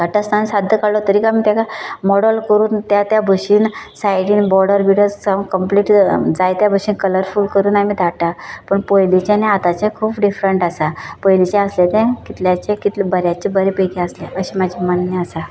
काडटा आसताना साद्दो काडलो तरी आमी तेका मोडल करून त्या त्या भशेन सायडीन बोर्डर बिर्डर सामक कंप्लिट जायत्या भाशेन कलरफूल करून आमी धाडटा पण पयलीचें आनी आतांचे खूब डिर्फंट आसा पयलीचे आसलें तें कितल्याचें कितलें बऱ्याचे बरें पैकी आसलें अशें म्हाजे मान्ने आसा